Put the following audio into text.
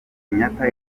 kenyatta